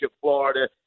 Florida